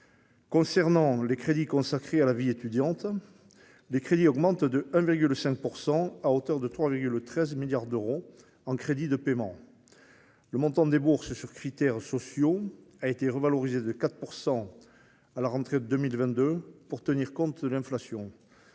universitaire. Les crédits consacrés à la vie étudiante augmentent de 1,5 %, à hauteur de 3,13 milliards d'euros en crédits de paiement. Le montant des bourses sur critères sociaux a été revalorisé de 4 % à la rentrée de 2022 pour tenir compte de l'inflation